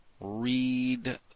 read